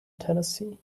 tennessee